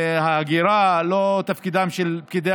ההגירה; לא תפקידם של פקידי